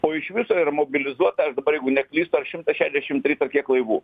o iš viso yra mobilizuota aš dabar jeigu neklystu ar šimtas šešiasdešim trys ar kiek laivų